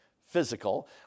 physical